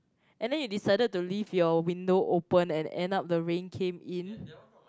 and then you decided to leave your window open and end up the rain came in